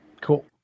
Cool